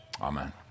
Amen